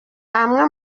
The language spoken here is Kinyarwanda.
amwe